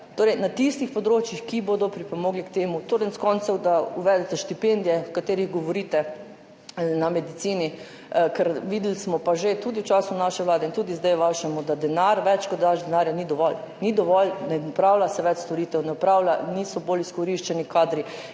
Torej, na tistih področjih, ki bodo pripomogla k temu. Konec koncev, da uvedete štipendije, o katerih govorite na medicini. Ker videli smo pa že tudi v času naše vlade in tudi zdaj v vašem, da denar – več kot daš, denarja ni dovolj. Ni dovolj, ne opravlja se več storitev, niso bolj izkoriščeni kadri